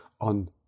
on